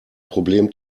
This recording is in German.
problem